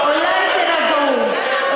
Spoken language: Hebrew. אולי תירגעו?